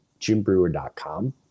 jimbrewer.com